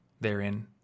therein